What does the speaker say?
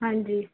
ਹਾਂਜੀ